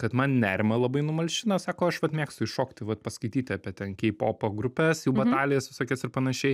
kad man nerimą labai numalšina sako aš vat mėgstu iššokti vat paskaityti apie ten kei popo grupes jų batalijas visokias ir panašiai